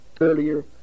earlier